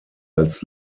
als